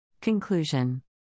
Conclusion